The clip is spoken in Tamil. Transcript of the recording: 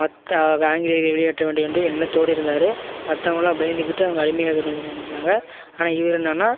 மற்ற ஆங்கிலேயர்கள் வெளியேற்ற வேண்டும் என்று எண்ணத்தோடு இருந்தார் மற்றவங்களாம் பயந்துகிட்டு அவங்க அடிமையாக இருந்தாங்க ஆனால் இவர் என்னென்னா